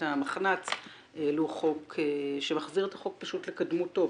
המחנ"צ העלו חוק של להחזיר את החוק פשוט לקדמותו,